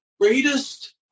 greatest